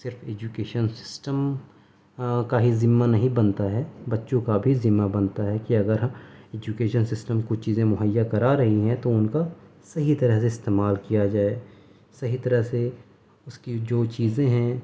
صرف education system کا ہی ذمہ نہیں بنتا ہے بچوں کا بھی ذمہ بنتا ہے کہ اگر ایجوکیشن سسٹم کو چیزیں مہیا کرا رہی ہیں تو ان کا صحیح طرح سے استعمال کیا جائے صحیح طرح سے اس کی جو چیزیں ہیں